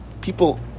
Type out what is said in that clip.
people